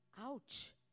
ouch